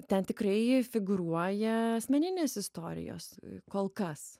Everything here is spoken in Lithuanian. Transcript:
ten tikrai figūruoja asmeninės istorijos kol kas